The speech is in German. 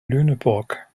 lüneburg